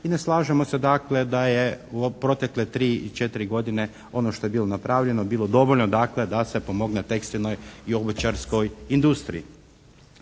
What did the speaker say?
i ne slažemo se dakle da je u protekle 3, 4 godine ono što je bilo napravljeno bilo dovoljno, dakle, da se pomogne tekstilnoj i obućarskoj industriji.